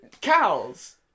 cows